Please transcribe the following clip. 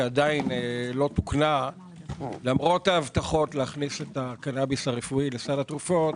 שעדיין לא תוקנה למרות ההבטחות להכניס את הקנאביס הרפואי לסל התרופות,